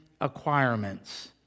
acquirements